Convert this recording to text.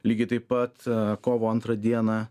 lygiai taip pat kovo antrą dieną